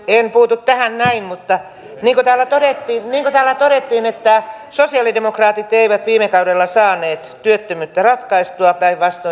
en puutu tähän näin mutta niin kuin täällä todettiin sosialidemokraatit eivät viime kaudella saaneet työttömyyttä ratkaistua päinvastoin